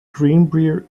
greenbrier